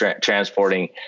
transporting